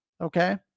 Okay